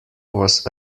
was